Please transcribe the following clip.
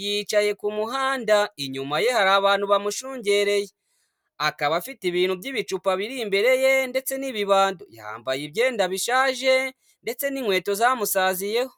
yicaye ku muhanda inyuma ye hari abantu bamushungereye, akaba afite ibintu by'ibicupa biri imbere ye ndetse n'ibibando. Yambaye ibyenda bishaje ndetse n'inkweto zamusaziyeho.